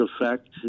effect